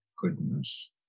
goodness